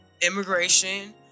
immigration